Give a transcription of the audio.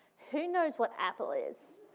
who knows what apple is?